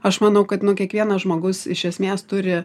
aš manau kad nu kiekvienas žmogus iš esmės turi